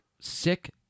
sick